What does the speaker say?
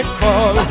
call